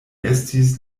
estis